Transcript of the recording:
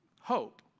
hope